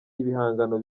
ibihangano